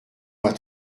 moi